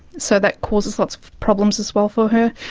so that causes lots of problems as well for her.